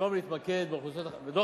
במקום להתמקד באוכלוסיות החלשות.